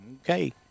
Okay